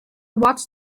watched